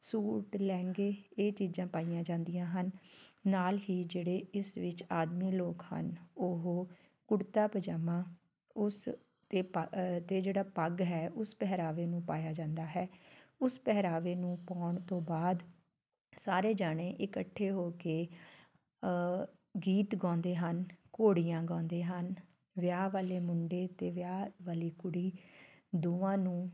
suit ਲਹਿੰਗੇ ਇਹ ਚੀਜ਼ਾਂ ਪਾਈਆਂ ਜਾਂਦੀਆਂ ਹਨ ਨਾਲ ਹੀ ਜਿਹੜੇ ਇਸ ਵਿੱਚ ਆਦਮੀ ਲੋਕ ਹਨ ਉਹ ਕੁੜਤਾ ਪਜਾਮਾ ਉਸ 'ਤੇ ਪੱ ਅਤੇ ਜਿਹੜਾ ਪੱਗ ਹੈ ਉਸ ਪਹਿਰਾਵੇ ਨੂੰ ਪਾਇਆ ਜਾਂਦਾ ਹੈ ਉਸ ਪਹਿਰਾਵੇ ਨੂੰ ਪਾਉਣ ਤੋਂ ਬਾਅਦ ਸਾਰੇ ਜਾਣੇ ਇਕੱਠੇ ਹੋ ਕੇ ਗੀਤ ਗਾਉਂਦੇ ਹਨ ਘੋੜੀਆਂ ਗਾਉਂਦੇ ਹਨ ਵਿਆਹ ਵਾਲੇ ਮੁੰਡੇ ਅਤੇ ਵਿਆਹ ਵਾਲੀ ਕੁੜੀ ਦੋਵਾਂ ਨੂੰ